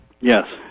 Yes